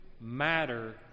matter